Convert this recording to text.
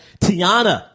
Tiana